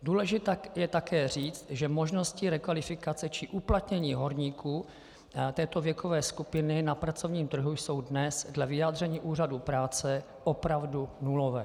Důležité je také říct, že možnosti rekvalifikace či uplatnění horníků této věkové skupiny na pracovním trhu jsou dnes dle vyjádření úřadů práce opravdu nulové.